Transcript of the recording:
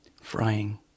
Frying